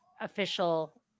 official